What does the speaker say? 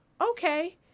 Okay